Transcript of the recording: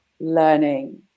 learning